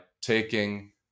taking